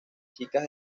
chicas